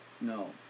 No